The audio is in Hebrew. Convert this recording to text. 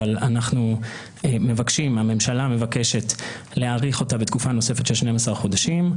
אבל אנחנו הממשלה מבקשת להאריך אותה בתקופה נוספת של 12 חודשים.